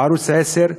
בערוץ 10,